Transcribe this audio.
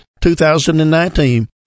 2019